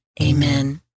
Amen